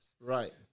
Right